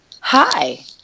hi